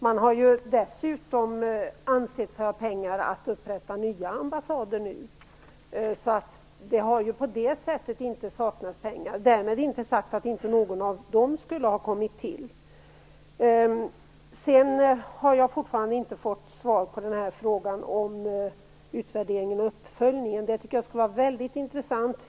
Man har ju dessutom ansett sig ha pengar att upprätta nya ambassader. Det har på det sättet inte saknats pengar. Därmed är det inte sagt att någon av de ambassaderna inte skulle ha kommit till. Jag har fortfarande inte fått svar på frågan om utvärdering och uppföljning. Det skulle jag tycka vara mycket intressant.